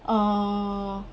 oh